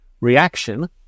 reaction